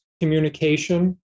communication